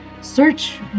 search